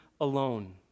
alone